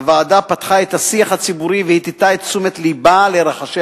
הוועדה פתחה את השיח הציבורי והטתה את תשומת לבה לרחשי